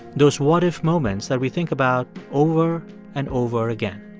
those what-if moments that we think about over and over again.